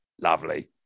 lovely